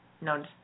no